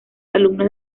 alumnos